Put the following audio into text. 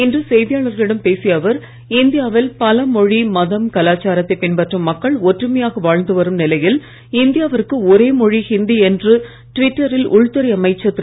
இன்று செய்தியாளர்களிடம் பேசிய அவர்இந்தியாவில் பலமொழி மதம் காலாச்சாரத்தை பின்பற்றும் மக்கள் ஒற்றுமையாக வாழ்ந்து வரும் நிலையில் இந்தியாவிற்கு ஓரே மொழி இந்தி என்று டிவிட்டரில் உள்துறை அமைச்சர் திரு